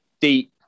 deep